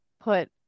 put